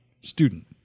student